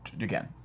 again